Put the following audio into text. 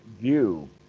view